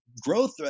growth